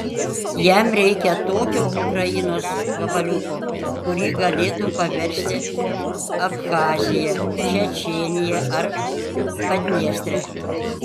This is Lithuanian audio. jam reikia tokio ukrainos gabaliuko kurį galėtų paversti abchazija čečėnija ar padniestre